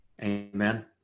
Amen